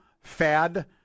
fad